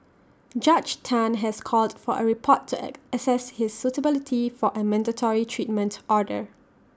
Judge Tan has called for A report to access his suitability for A mandatory treatment order